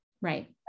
Right